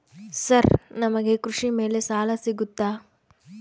Sir ನಮಗೆ ಕೃಷಿ ಮೇಲೆ ಸಾಲ ಸಿಗುತ್ತಾ?